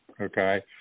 okay